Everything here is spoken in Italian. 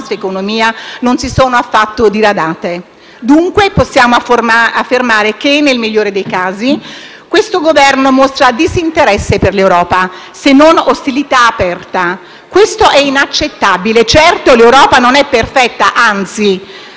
nostra economia, non si sono affatto diradate. Possiamo dunque affermare che, nel migliore dei casi, questo Governo mostra disinteresse per l'Europa, se non ostilità aperta e ciò è inaccettabile. Certo l'Europa non è perfetta, anzi,